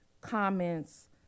comments